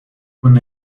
con